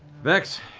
vex,